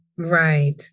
Right